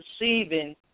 receiving